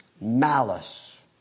Malice